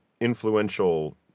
influential